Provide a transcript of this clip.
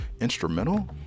instrumental